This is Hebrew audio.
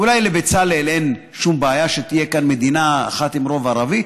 אולי לבצלאל אין שום בעיה שתהיה כאן מדינה אחת עם רוב ערבי.